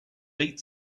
beat